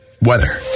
weather